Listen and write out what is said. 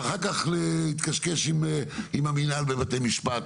ואחר כך להתקשקש עם המינהל בבתי המשפט